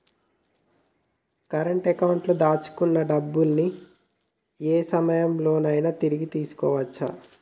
current అకౌంట్లో దాచుకున్న డబ్బుని యే సమయంలోనైనా తిరిగి తీసుకోవచ్చు